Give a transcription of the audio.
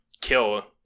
kill